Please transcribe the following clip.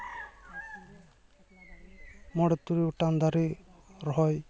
ᱢᱚᱬᱮ ᱛᱩᱨᱩᱭ ᱜᱚᱴᱟᱝ ᱫᱟᱨᱮ ᱨᱚᱦᱚᱭ